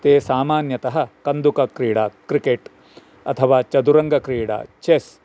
ते सामान्यतः कन्दुकक्रीडा क्रिकेट् अथवा चदुरङ्गक्रीडा चेस्